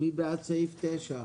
אושר מי בעד סעיף 9?